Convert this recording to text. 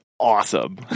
awesome